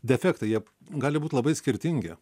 defektai jie gali būt labai skirtingi